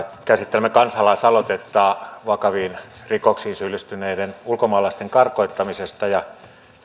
käsittelemme kansalaisaloitetta vakaviin rikoksiin syyllistyneiden ulkomaalaisten karkottamisesta